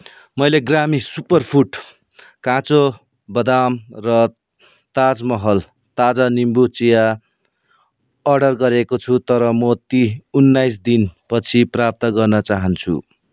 मैले ग्रामी सुपरफुड काँचो बदाम र ताज महल ताजा निम्बु चिया अर्डर गरेको छु तर म ती उन्नाइस दिनपछि प्राप्त गर्न चाहन्छु